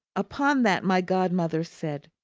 upon that, my godmother said,